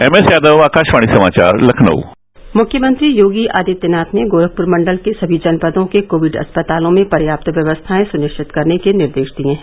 M S Yadav Akashvani समाचार लखनऊ मुख्यमंत्री योगी आदित्यनाथ ने गोरखपुर मंडल के सभी जनपदों के कोविड अस्पतालों में पर्याप्त व्यवस्थाएं सुनिश्चित करने के निर्देश दिए हैं